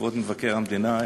כבוד מבקר המדינה,